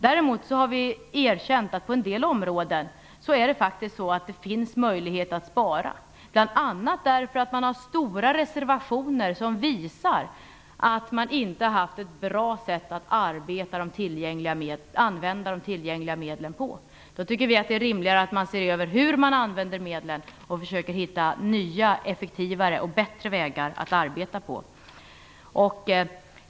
Däremot har vi erkänt att på en del områden finns det faktiskt möjlighet att spara, bl.a. eftersom man har stora reservationer som visar att man inte har haft ett bra sätt att använda de tillgängliga medlen på. Vi tycker då att det är rimligare att se över hur man använder medlen och försöker hitta nya, effektivare och bättre sätt att arbeta på.